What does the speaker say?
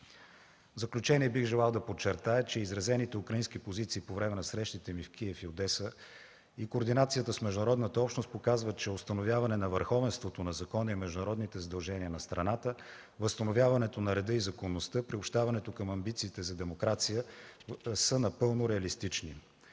заключение бих желал да подчерта, че изразените украински позиции по време на срещите ми в Киев и Одеса и координацията с международната общност показват, че възстановяване на върховенството на закона и международните задължения на страната, възстановяването на реда и законността, приобщаването към амбициите за демокрация са напълно реалистични.